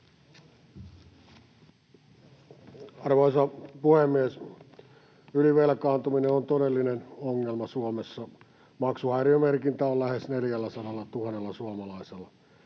Arvoisa puhemies! Ylivelkaantuminen on todellinen ongelma Suomessa. Maksuhäiriömerkintä on lähes 400 000 suomalaisella.